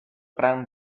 gran